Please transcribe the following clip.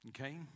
Okay